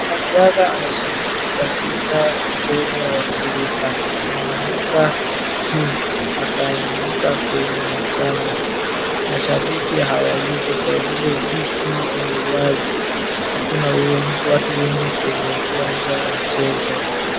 Mwanariadha anashiriki katika mchezo wakuruka. Anaruka juu, akaanguka kwenye mchanga. Mashabiki hawayuko kwa vile viti ni wazi, hakuna watu wengi kwenye uwanja wa mchezo.